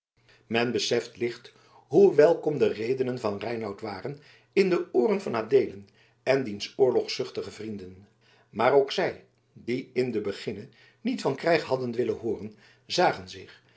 men beseft licht hoe welkom de redenen van reinout waren in de ooren van adeelen en diens oorlogzuchtige vrienden maar ook zij die in den beginne niet van krijg hadden willen hooren zagen zich